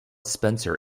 spencer